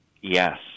Yes